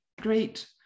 great